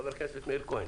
חבר הכנסת מאיר כהן,